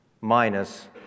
minus